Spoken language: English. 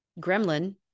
gremlin